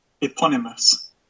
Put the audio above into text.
Eponymous